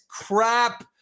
crap